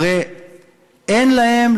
הרי אין להם,